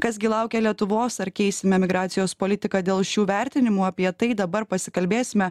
kas gi laukia lietuvos ar keisime migracijos politiką dėl šių vertinimų apie tai dabar pasikalbėsime